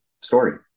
story